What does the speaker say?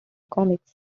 comics